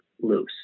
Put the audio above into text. loose